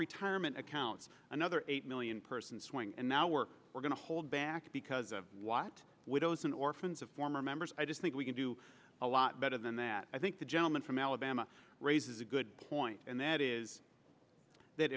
retirement accounts another eight million person swing and now work we're going to hold back because of what widows and orphans of former members i just think we can do a lot better than that i think the gentleman from alabama raises a good point and that is that